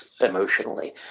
emotionally